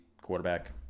quarterback